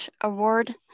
award